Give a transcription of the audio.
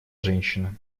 женщина